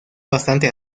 bastante